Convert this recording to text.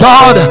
God